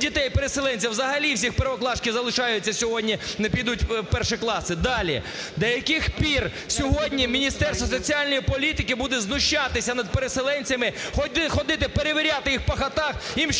дітей-переселенців, взагалі всі першоклашки залишаються сьогодні, не підуть в перші класи. Далі. До яких пір сьогодні Міністерство соціальної політики буде знущатися над переселенцями, ходити перевіряти їх по хатах, їм що,